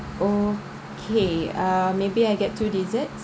okay ah maybe I get two desserts